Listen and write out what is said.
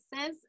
says